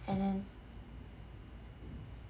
and then